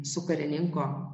su karininko